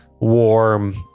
warm